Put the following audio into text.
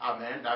Amen